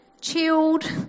chilled